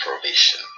provision